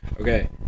Okay